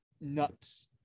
nuts